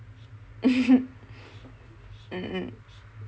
mm mm